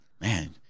man